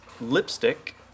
lipstick